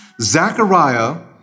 Zechariah